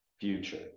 future